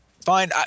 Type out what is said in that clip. Fine